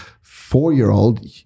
four-year-old